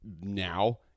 now